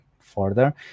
Further